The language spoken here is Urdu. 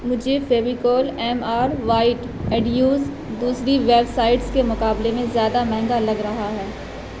مجھے Fevicol M R white adhesives دوسری ویب سائٹس کے مقابلے میں زیادہ مہنگا لگ رہا ہے